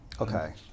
Okay